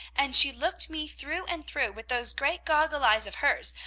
and she looked me through and through with those great goggle eyes of hers,